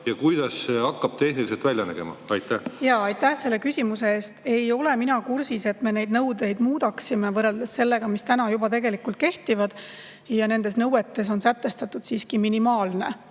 Ja kuidas see hakkab tehniliselt välja nägema? Aitäh selle küsimuse eest! Ei ole mina kursis, et me neid nõudeid muudaksime võrreldes sellega, mis juba kehtivad. Nendes nõuetes on sätestatud siiski minimaalne